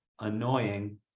annoying